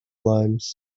limes